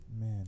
man